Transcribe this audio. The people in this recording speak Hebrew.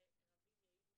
לעזור לראות מה קורה.